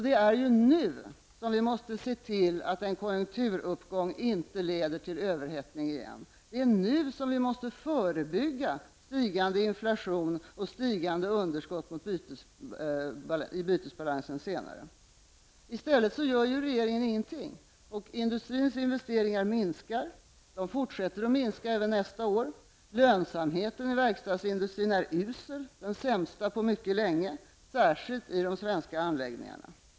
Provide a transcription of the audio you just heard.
Det är nu vi måste se till att en konjunkturuppgång inte leder till överhettning igen. Det är nu vi måste förebygga stigande inflation och stigande underskott i bytesbalansen senare. I stället gör regeringen ingenting. Industrins investeringar minskar, och de fortsätter att minska även nästa år. Lönsamheten i verkstadsindustrin är usel, den sämsta på mycket länge, särskilt i de svenska anläggningarna.